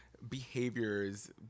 Behaviors